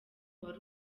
wari